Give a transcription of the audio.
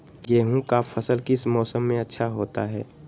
गेंहू का फसल किस मौसम में अच्छा होता है?